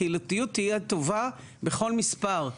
הקהילתיות תהיה טובה בכל מספר.